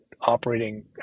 operating